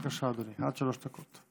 בבקשה, אדוני, עד שלוש דקות לרשותך.